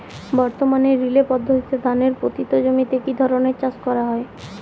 বর্তমানে রিলে পদ্ধতিতে ধানের পতিত জমিতে কী ধরনের চাষ করা হয়?